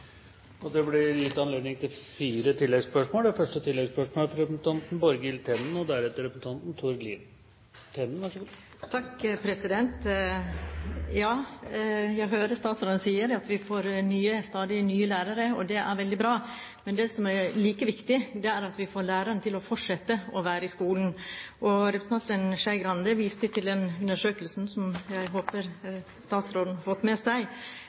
Det blir gitt anledning til fire oppfølgingsspørsmål – først Borghild Tenden. Ja, jeg hører statsråden sier at vi får stadig nye lærere, og det er veldig bra. Men det som er like viktig, er at vi får lærerne til å fortsette å være i skolen. Representanten Skei Grande viste til Utdanningsforbundets undersøkelse, som jeg håper statsråden har fått med seg,